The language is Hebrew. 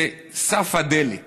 זה סף הדלת